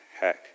hack